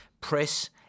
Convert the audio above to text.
press